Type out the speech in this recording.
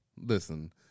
Listen